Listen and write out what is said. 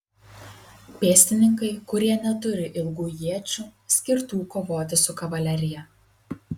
pėstininkai kurie neturi ilgų iečių skirtų kovoti su kavalerija